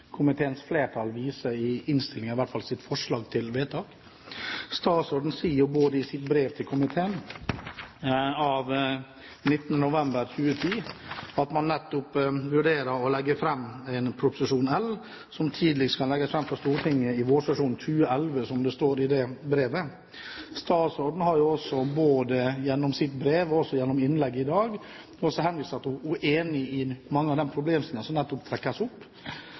komiteens flertall viser i innstillingen, i hvert fall i sitt forslag til vedtak. Statsråden skriver i sitt brev av 19. november 2010 til komiteen at man vurderer å legge fram «en Prop. L, som tidligst kan legges fram for Stortinget i vårsesjonen 2011». Statsråden har både gjennom sitt brev og sitt innlegg i dag henvist til at hun er enig i mange av de problemstillingene som trekkes opp.